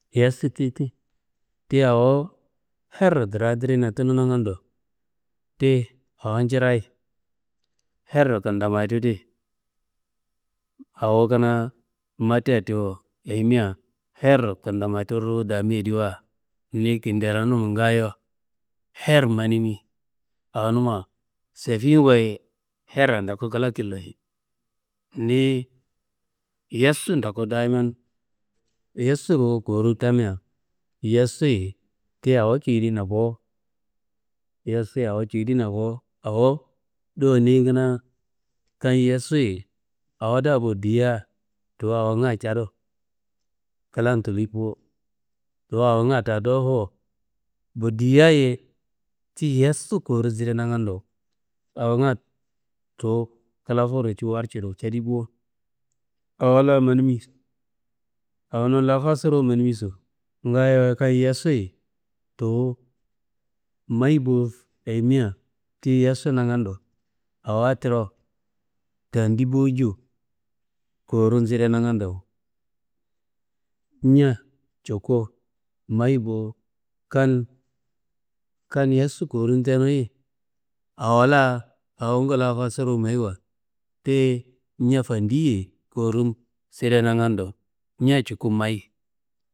Yesti ti ti, ti awo herro tradirna tunu naagando, ti awo njirayi. Her kentamayitu di awo kunaa mattiia tiwo, ayimia her kentamayitu ruwu damiyediwa, ni kinderonuma ngaayo her manimi awonuma sefiwaye her tokun kla killoyi. Niyi yestu toku dayiman yestu ruwu kowurun tamea yestuyi ti awo cuwudina bo, yestu cuwudina bo, awo do niyi kanaa kam yessuyi awo la bodiya tuwu awonga cadu klan tuliyi bo. Do awonga daa dowofo, bodiyaye tiyi yestu korun side nangando awo tuwu kla fuwuro warciru cedi bo. Awo la manimi, awonum la fasuru manimi so, ngaayowaye kam yessuyi tuwu mayi bo, ayimia tiyi yessu nangando, awo tiro tandi bo nju, korun side nangando, ñea cuku mayi bo. Kan yestu korun tenuyi awo la, awongu la fasuru mayiwa, tiyi ñea fandiyiye korun side nangando, ñea cuku mayi.